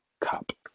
cup